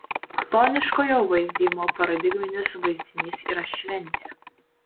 chtoniškojo vaizdijimo paradigminis vaizdinys yra šventė